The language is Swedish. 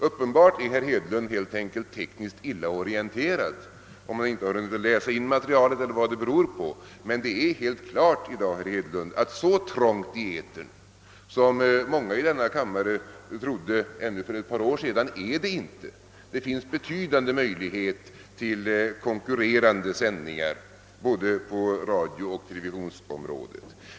Uppenbart är herr Hedlund helt enkelt tekniskt illa orienterad — om han inte har hunnit läsa in materialet eller vad det nu kan bero på — men det är helt klart, herr Hedlund, att så trångt i etern som många i denna kammare trodde ännu för ett par år sedan är det inte. Det finns betydande möjligheter till konkurrerande sändningar både på radions och på televisionens område.